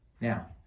Now